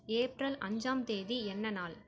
April அஞ்சாம் தேதி என்ன நாள்